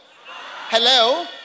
Hello